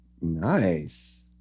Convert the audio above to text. Nice